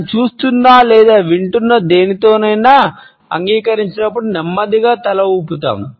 మనం చూస్తున్న లేదా వింటున్న దేనితోనైనా అంగీకరించినప్పుడు నెమ్మదిగా తల వుపుతాం